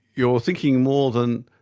you're thinking more than,